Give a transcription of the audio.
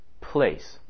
place